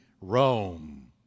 Rome